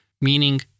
Meaning